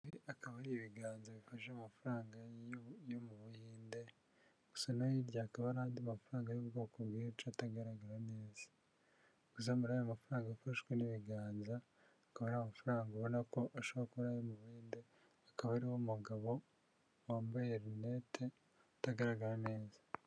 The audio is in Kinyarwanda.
Akaba ari ibiganza bifasha amafaranga yo mu buhinde gusa no hirya hakaba n'andi mafaranga y'ubwoko bwishi atagaragara neza uzamura ayo mafaranga afashwe n'ibiganza akaba ari amafaranga ubona ko ashobora gukora yo mu buhinde akaba ariwe mugabo wambaye runette utagaragara neza.